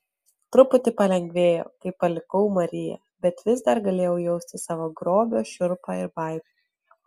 truputį palengvėjo kai palikau mariją bet vis dar galėjau jausti savo grobio šiurpą ir baimę